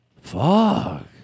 Fuck